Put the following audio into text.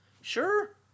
Sure